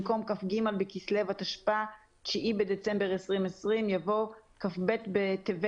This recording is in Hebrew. במקום "כ"ג בכסלו התשפ"א (9 בדצמבר 2020)" יבוא "כ"ב בטבת